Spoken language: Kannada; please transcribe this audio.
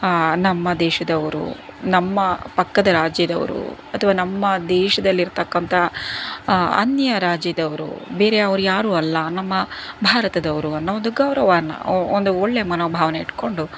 ನಮ್ಮ ದೇಶದವರು ನಮ್ಮ ಪಕ್ಕದ ರಾಜ್ಯದವರು ಅಥವಾ ನಮ್ಮ ದೇಶದಲ್ಲಿ ಇರತಕ್ಕಂತಹ ಅನ್ಯ ರಾಜ್ಯದವರು ಬೇರೆಯವರ್ಯಾರು ಅಲ್ಲ ನಮ್ಮ ಭಾರತದವರು ಅನ್ನೋ ಒಂದು ಗೌರವನ ಒಂದು ಒಳ್ಳೆಯ ಮನೋಭಾವನೆ ಇಟ್ಕೊಂಡು